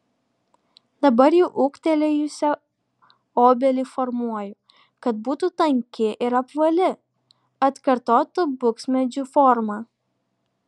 dabar jau ūgtelėjusią obelį formuoju kad būtų tanki ir apvali atkartotų buksmedžių formą